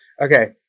Okay